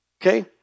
Okay